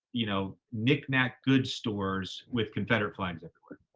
you know, knickknack goods stores with confederate flags everywhere.